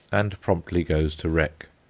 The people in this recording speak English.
and promptly goes to wreck.